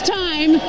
time